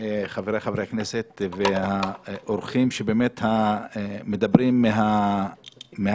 חבריי חברי הכנסת והאורחים השונים באמת מדברים מהלב,